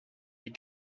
est